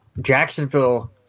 Jacksonville